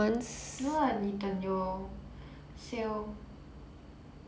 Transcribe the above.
no lah 你等有 sale